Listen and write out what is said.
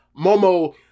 Momo